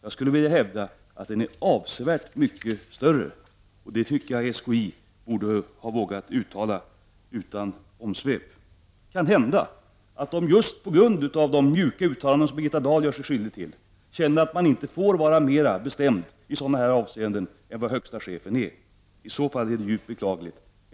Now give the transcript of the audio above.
Jag skulle vilja hävda att den är avsevärt mycket större, och det tycker jag att SKI borde ha vågat uttala utan omsvep. Det kan hända att SKI just på grund av de mjuka uttalanden som Birgitta Dahl gör sig skyldig till känner att man inte får vara mera bestämd i sådana här avseenden än vad högsta chefen är. I så fall är det djupt beklagligt.